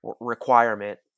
requirement